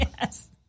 Yes